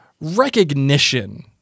recognition